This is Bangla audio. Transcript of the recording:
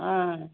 হ্যাঁ